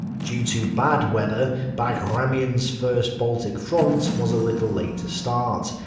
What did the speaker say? due to bad weather, bagramian's first baltic front was a little late to start,